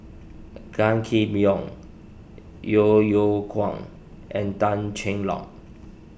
Gan Kim Yong Yeo Yeow Kwang and Tan Cheng Lock